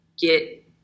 get